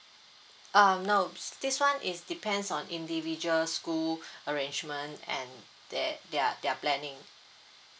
um no this one is depends on individual school arrangement and that their their planning